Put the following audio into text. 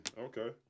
Okay